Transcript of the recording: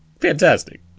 fantastic